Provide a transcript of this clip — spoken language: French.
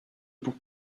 pour